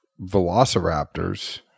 velociraptors